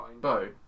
Bo